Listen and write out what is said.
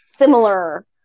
similar